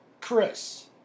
Chris